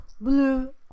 Blue